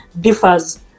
differs